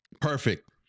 perfect